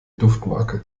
duftmarke